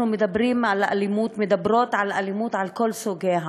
אנחנו מדברים ומדברות על אלימות לכל סוגיה.